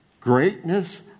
greatness